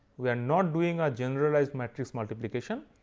we are not doing a generalized matrix multiplication,